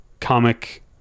comic